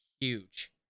huge